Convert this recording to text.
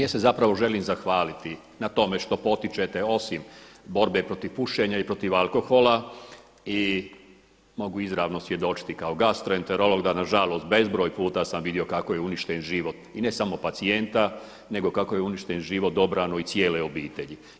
Ja se zapravo želim zahvaliti na tome što potičete osim borbe protiv pušenja i protiv alkohola i mogu izravno svjedočiti kao gastroenterolog da na žalost bezbroj puta sam vidio kako je uništen život i ne samo pacijente, nego kako je uništen život dobrano i cijele obitelji.